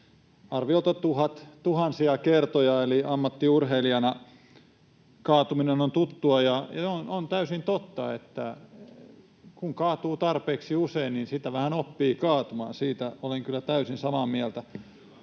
arviolta tuhansia kertoja, eli ammattiurheilijana kaatuminen on tuttua, ja on täysin totta, että kun kaatuu tarpeeksi usein, niin sitä vähän oppii kaatumaan. Siitä olen kyllä täysin samaa mieltä.